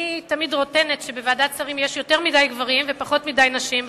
אני תמיד רוטנת שבוועדת השרים יש יותר מדי גברים ופחות מדי נשים,